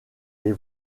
les